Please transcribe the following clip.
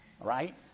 right